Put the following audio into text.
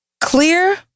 clear